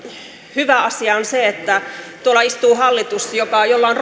hyvä asia on se että tuolla istuu hallitus jolla on